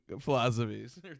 philosophies